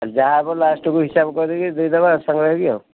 ଯାହା ହେବ ଲାଷ୍ଟକୁ ହିସାବ କରିକି ଦେଇ ଦେବା ଆଉ ସାଙ୍ଗ ହେଇକି ଆଉ